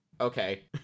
okay